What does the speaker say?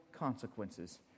consequences